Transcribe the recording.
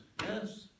Yes